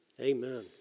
Amen